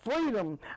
freedom